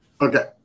Okay